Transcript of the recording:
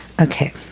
Okay